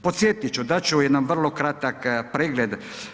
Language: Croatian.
Podsjetit ću, dat ću jedan vrlo kratak pregled.